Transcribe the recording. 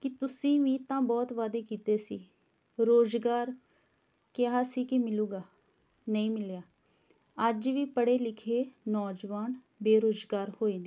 ਕਿ ਤੁਸੀਂ ਵੀ ਤਾਂ ਬਹੁਤ ਵਾਅਦੇ ਕੀਤੇ ਸੀ ਰੋਜ਼ਗਾਰ ਕਿਹਾ ਸੀ ਕਿ ਮਿਲੂਗਾ ਨਹੀਂ ਮਿਲਿਆ ਅੱਜ ਵੀ ਪੜ੍ਹੇ ਲਿਖੇ ਨੌਜਵਾਨ ਬੇਰੁਜ਼ਗਾਰ ਹੋਏ ਨੇ